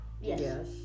Yes